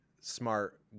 smart